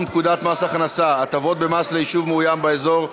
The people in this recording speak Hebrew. פקודת מס הכנסה (הטבות במס ליישוב מאוים באזור),